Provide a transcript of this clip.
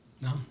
No